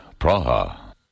Praha